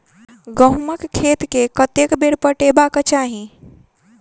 गहुंमक खेत केँ कतेक बेर पटेबाक चाहि?